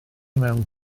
mewn